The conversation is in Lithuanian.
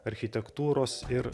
architektūros ir